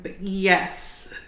yes